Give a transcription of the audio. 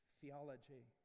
theology